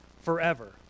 forever